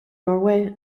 norway